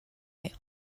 they